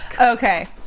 Okay